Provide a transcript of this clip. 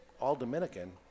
all-Dominican